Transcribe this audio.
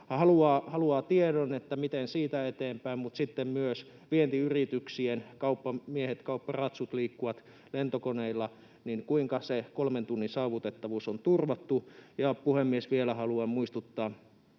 haluaa tiedon, miten siitä eteenpäin, mutta sitten myös vientiyrityksien kauppamiehet, kaupparatsut liikkuvat lentokoneilla. Kuinka se kolmen tunnin saavutettavuus on turvattu? Puhemies! Vielä haluan muistuttaa